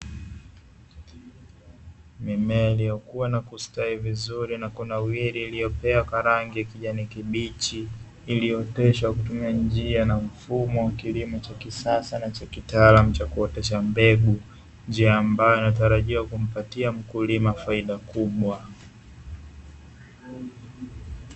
Mimea iliyokua na kustawi vizuri na kunawiri, iliyopea kwa rangi ya kijani kibichi iliyooteshwa kwa kutumia njia na mfumo wa kisasa na cha kitaaluma cha kuotesha mbegu , njia ambayo inatarajiwa kumpatia mkulima faida kubwa.